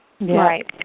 Right